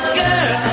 girl